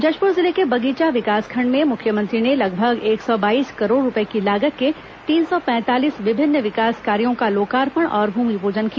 जशपुर जिले के बगीचा विकासखंड में मुख्यमंत्री ने लगभग एक सौ बाईस करोड़ रूपए की लागत के तीन सौ पैंतालीस विभिन्न विकास कार्यो का लोकार्पण और भूमिपूजन किया